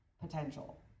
potential